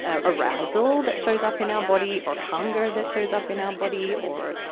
ah arousal that shows up in our body or hunger that shows up in our body, or,